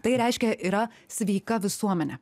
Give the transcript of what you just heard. tai reiškia yra sveika visuomenė